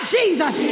Jesus